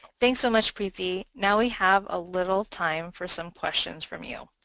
thanks so much, preety. now we have a little time for some questions from you.